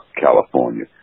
California